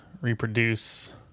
reproduce